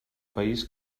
país